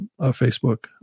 Facebook